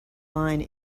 line